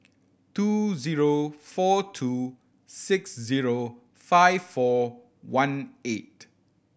two zero four two six zero five four one eight